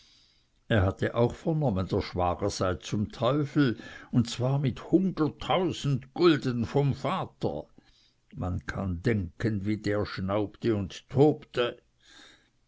er hatte auch vernommen der schwager sei zum teufel und zwar mit hunderttausend gulden vom vater man kann denken wie der schnaubte und tobte